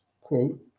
quote